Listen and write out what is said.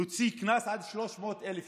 להוציא קנס על 300,000 שקלים,